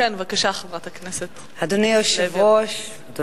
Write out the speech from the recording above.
בבקשה, חברת הכנסת אורלי לוי.